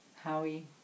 Howie